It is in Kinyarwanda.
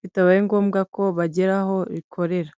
bitabaye ngombwa ko bagera aho rikorera.